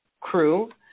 crew